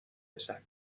بزن